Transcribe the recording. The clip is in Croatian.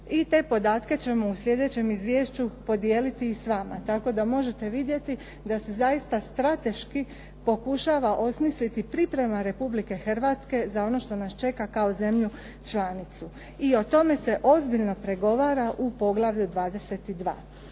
I te podatke ćemo u slijedećem izvješću podijeliti i s vama, tako da možete vidjeti da se zaista strateški pokušava osmisliti priprema Republike Hrvatske za ono što nas čeka kao zemlju članicu. I o tome se ozbiljno pregovara u poglavlju 22.